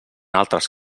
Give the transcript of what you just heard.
altres